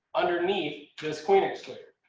underneath this queen excluder.